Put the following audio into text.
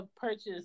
purchase